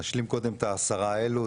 נשלים קודם את העשרה האלה,